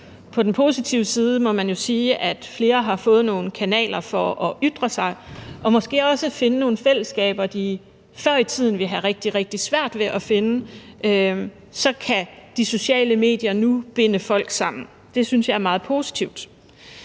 På den positive side må man sige, at flere har fået nogle kanaler til at ytre sig på og måske også finde nogle fællesskaber, som de før i tiden ville have haft rigtig, rigtig svært ved at finde, og så kan de sociale medier nu binde folk sammen. Det synes jeg er meget positivt.